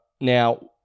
Now